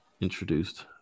introduced